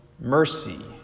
mercy